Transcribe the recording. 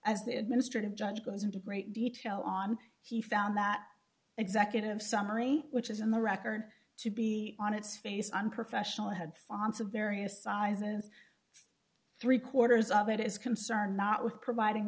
the administrative judge goes into great detail on he found that executive summary which is in the record to be on its face on professional had fonts of various size and three quarters of it is concerned not with providing